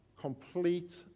complete